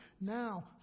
now